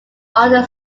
under